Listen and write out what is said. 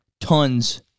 Tons